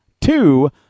two